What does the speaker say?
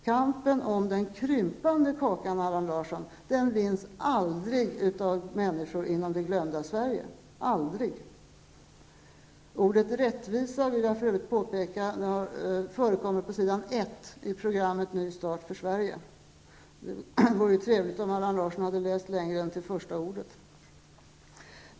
Kampen om den krympande kakan, Allan Larsson, vinns aldrig av människor inom det glömda Sverige. Ordet rättvisa, vill jag för övrigt påpeka, förekommer på s. 1 i programmet Ny start för Sverige. Det vore trevligt om Allan Larsson hade läst längre än till första ordet.